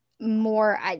more